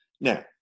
Now